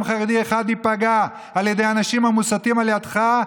חרדי אחד ייפגע על ידי האנשים המוסתים על ידך.